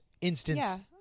Instance